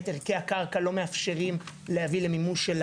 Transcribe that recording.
ערכי הקרקע לא מאפשרים להביא למימוש,